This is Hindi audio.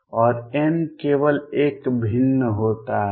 और n केवल एक से भिन्न होता है